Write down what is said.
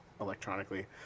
electronically